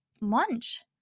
lunch